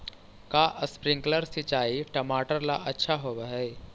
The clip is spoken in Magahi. का स्प्रिंकलर सिंचाई टमाटर ला अच्छा होव हई?